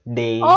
day